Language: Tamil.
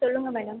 சொல்லுங்கள் மேடம்